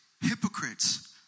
hypocrites